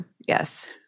Yes